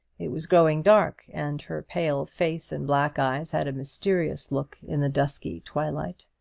it was growing dark, and her pale face and black eyes had a mysterious look in the dusky twilight.